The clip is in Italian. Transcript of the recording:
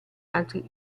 altri